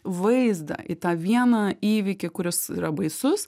vaizdą į tą vieną įvykį kuris yra baisus